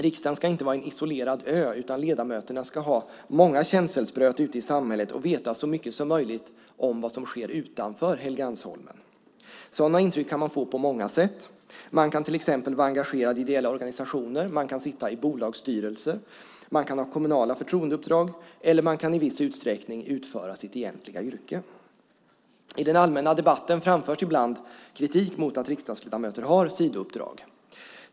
Riksdagen ska inte vara en isolerad ö, utan ledamöterna ska ha många känselspröt ute i samhället och veta så mycket som möjligt om vad som sker utanför Helgeandsholmen. Sådana intryck kan man få på många sätt. Man kan till exempel vara engagerad i ideella organisationer. Man kan sitta i bolagsstyrelser. Man kan ha kommunala förtroendeuppdrag, eller man kan i viss utsträckning praktisera sitt egentliga yrke. I den allmänna debatten framförs ibland kritik mot att riksdagsledamöter har sidouppdrag.